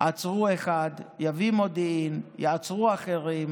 עצרו אחד, יביא מודיעין, יעצרו אחרים.